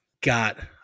got